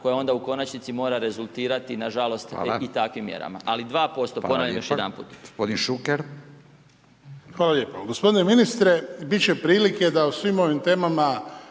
koja onda u konačni mora rezultirati nažalost i takvim mjerama, ali 2% ponavljam još jedanput.